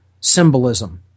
symbolism